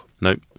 Nope